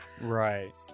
Right